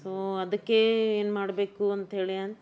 so ಅದಕ್ಕೆ ಏನು ಮಾಡಬೇಕು ಅಂಥೇಳಿ